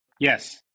yes